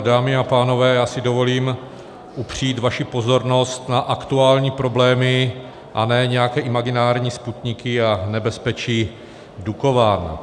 Dámy a pánové, já si dovolím upřít vaši pozornost na aktuální problémy, a ne nějaké imaginární Sputniky a nebezpečí Dukovan.